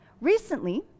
Recently